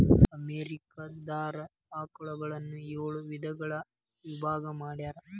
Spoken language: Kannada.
ಅಮೇರಿಕಾ ದಾರ ಆಕಳುಗಳನ್ನ ಏಳ ವಿಧದೊಳಗ ವಿಭಾಗಾ ಮಾಡ್ಯಾರ